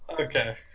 Okay